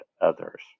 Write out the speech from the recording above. others